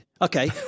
Okay